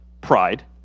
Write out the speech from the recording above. pride